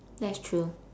that's true